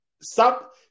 Stop